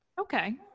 Okay